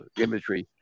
imagery